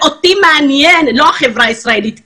אותי מעניין, לא החברה הישראלית כרגע,